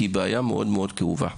כי היא מאוד מאוד כאובה.